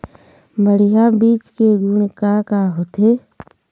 बढ़िया बीज के गुण का का होथे?